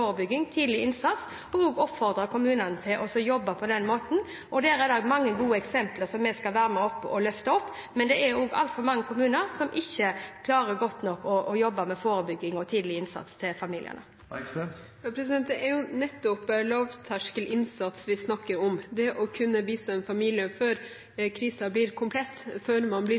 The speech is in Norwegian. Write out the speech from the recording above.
og tidlig innsats og oppfordre kommunene til å jobbe på den måten. Der er det mange gode eksempler som vi skal være med og løfte fram, men det er også altfor mange kommuner som ikke klarer godt nok å jobbe med forebygging og tidlig innsats overfor familiene. Det er nettopp lavterskelinnsats vi snakker om, det å kunne bistå en familie før krisen blir komplett, før man blir